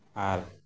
ᱟᱨ